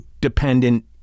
dependent